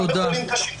גם בחולים קשים חדשים.